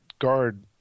guard